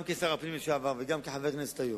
גם כשר הפנים לשעבר וגם כחבר כנסת היום,